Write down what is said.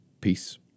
Peace